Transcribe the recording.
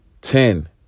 ten